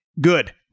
good